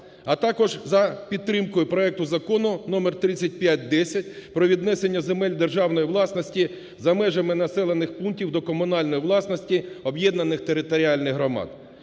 а також за підтримкою проекту Закону (номер 3510) про віднесення земель державної власності за межами населених пунктів до комунальної власності об'єднаних територіальних громад.